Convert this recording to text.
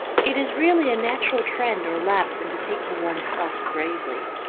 it is really a natural trend or lapse into taking one's self gravely,